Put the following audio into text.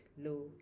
low